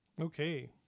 Okay